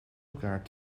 elkaar